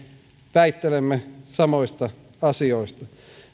väittelemme samoista asioista